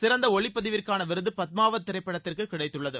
சிறந்த ஒளிப்பதிவிற்கான விருது பத்மாவத் திரைப்படத்திற்கு கிடைத்துள்ளது